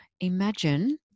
Imagine